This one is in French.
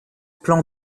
plan